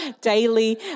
daily